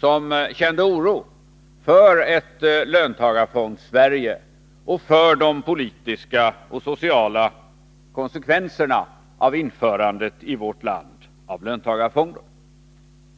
som kände oro för ett Löntagarfondssverige och för de politiska och sociala konsekvenserna av införandet i vårt land av löntagarfonder.